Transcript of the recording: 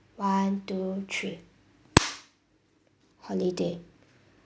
one two three holiday